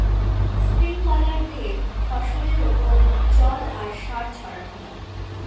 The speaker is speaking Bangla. স্প্রিংকলার দিয়ে ফসলের ওপর জল আর সার ছড়ানো হয়